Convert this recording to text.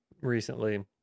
recently